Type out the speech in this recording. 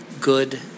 good